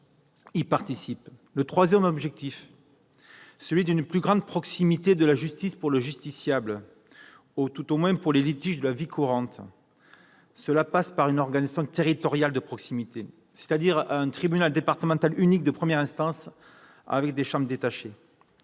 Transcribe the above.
mobilité. Troisième objectif : une plus grande proximité de la justice pour le justiciable, tout au moins pour les litiges de la vie courante. Cela passe par une organisation territoriale de proximité, c'est-à-dire un tribunal départemental unique de première instance avec des chambres détachées